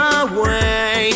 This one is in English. away